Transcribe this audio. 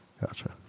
Gotcha